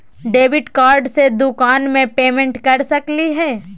Debit card से दुकान में पेमेंट कर सकली हई?